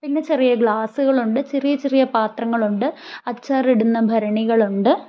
പിന്നെ ചെറിയ ഗ്ലാസ്സുകളുണ്ട് ചെറിയ ചെറിയ പാത്രങ്ങളുണ്ട് അച്ചാറിടുന്ന ഭരണികളുണ്ട്